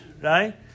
right